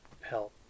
help